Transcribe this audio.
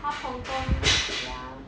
half hong-kong ya